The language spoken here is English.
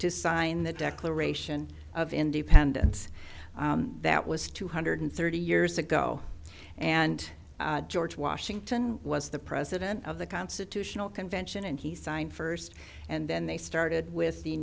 to sign the declaration of independence that was two hundred thirty years ago and george washington was the president of the constitutional convention and he signed first and then they started with the